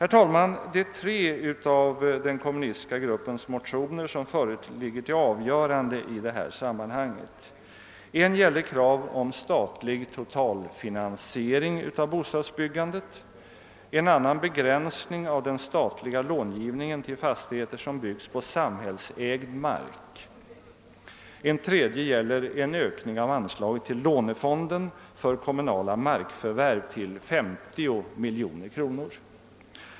Det är tre av den kommunistiska gruppens motioner som föreligger till avgörande i detta sammanhang. En gäller krav om statlig totalfinansiering av bostadsbyggandet, en annan begränsning av den statliga långivningen till fastigheter som byggs på samhällsägd mark, en tredje gäller en ökning av anslaget till lånefonden för kommunala markförvärv till 50 miljoner kronor.